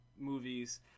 movies